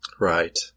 Right